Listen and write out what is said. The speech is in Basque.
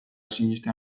sinestea